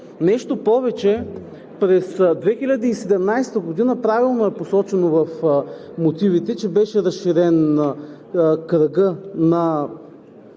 Нещо повече, през 2017 г. – правилно е посочено в мотивите, че беше разширен кръгът на